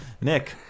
Nick